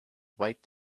white